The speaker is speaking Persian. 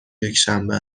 یکشنبه